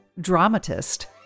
dramatist